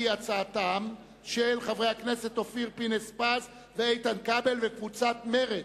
הצעתם של חברי הכנסת אופיר פינס-פז ואיתן כבל וקבוצת מרצ.